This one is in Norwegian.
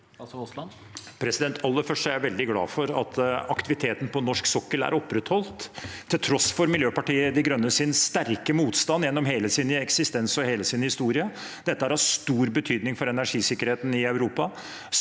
først er jeg veldig glad for at aktiviteten på norsk sokkel er opprettholdt til tross for Miljøpartiet De Grønnes sterke motstand gjennom hele sin eksistens og hele sin historie. Det er av stor betydning for energisikkerheten i Europa